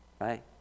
right